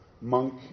monk